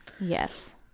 Yes